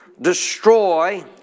destroy